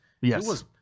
Yes